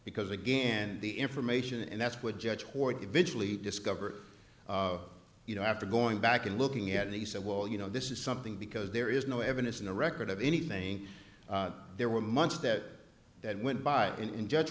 because again the information and that's what judge horton eventually discovered of you know after going back and looking at it he said well you know this is something because there is no evidence in the record of anything there were months that that went by in judge